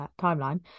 timeline